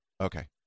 Okay